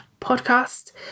podcast